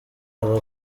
aba